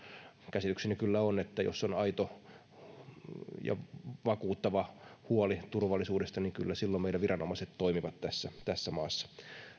käsitykseni kyllä on että jos on aito ja vakuuttava huoli turvallisuudesta kyllä silloin meidän viranomaiset toimivat tässä tässä maassa